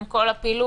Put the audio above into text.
עם כל הפילוח,